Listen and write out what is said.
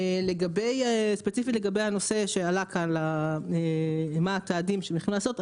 לגבי ספציפית לגבי הנושא שעלה כאן למה התעדים שצריך לעשות,